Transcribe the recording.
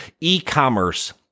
e-commerce